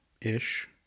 Ish